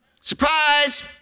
surprise